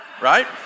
Right